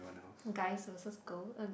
guys versus girl uh